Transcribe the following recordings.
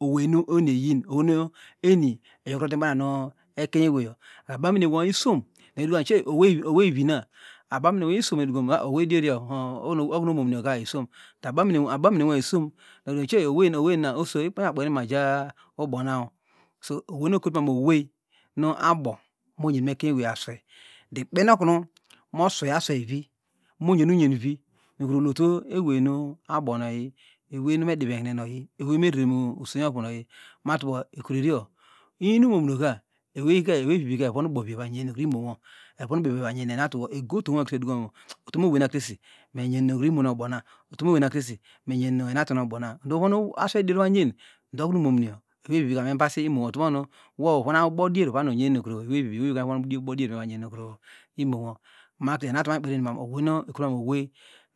Oweynueni eyin ohonu eni eyokurotebanu ekenyeweiyo abameneno isom edukomam ohey owey oweyvina abamenewo isom medukomu oweydierio okunu omomununyo ka isom abomene ndo abamenenwo isom ndo owey na oweyene oso imakpe okunu imaja ubona so oweynu ekotumamu owey nu abo mu monyen mu ekenyewey aswey ndo ikpenokunu moswey asweyvi mongu ungenvi nukunu uloto ewey nu abo nu oyi ewey nu medivekne noyi ewey mereremu usweinwovu nuoyi matubo ekureriyo in numomunuka eweika ewayivivika evonu ubovi evanyen nukuru inionwo evonu ubovi evangenu anutuwo egotonwo utom oweyna krese menyenukwou imman ubona utomu owey na krese mkayom nu enatunown ubona ndo uvonu asweydier uva nyen ndokunu umomunuyo eweyvivika meabasi imonwo utomakunu wo uvon ubo dier uvom unyen nu eweyvivi ewevivi evonubo dier evonyenu nukuru imonwo mando enatu oweynu ekotumanu owey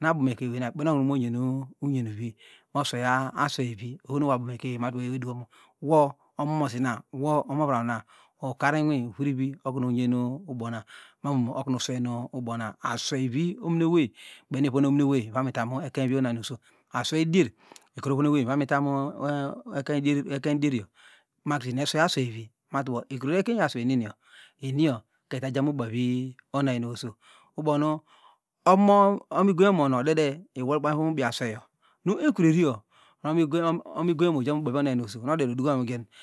nabom ekeinyeweynina okpon okumu monyen uyenvi mosweya asweivi ohonu wo abomekenyeweyi matubo ewey edukom wo omosina wo omovra ma ukar inwi marivi okunu unganu ubona mamu okunu uswey nu ubona aswey vi ominowey kpeny nu iyan ominowey ivanuitamu ekeny vi onanyaneweiso asweydier ikuru yanowey ivom tom enh ekeny ekeny dieriyo makrese enieswey aswevivi mato ekureri ekeny ewey asweyneni eniyoka etajamu ubavi onanyereyoso ubonu omo omigoyino nu odede iwilkba mivom ubi asweyo nu ekureriyo onu onoongoyin omo oyamu ubavi onuny omeney oso nu odede odukomamu ge